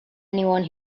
anyone